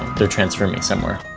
they're transferring me somewhere.